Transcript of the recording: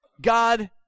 God